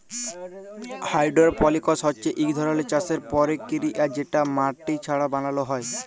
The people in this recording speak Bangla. হাইডরপলিকস হছে ইক ধরলের চাষের পরকিরিয়া যেট মাটি ছাড়া বালালো হ্যয়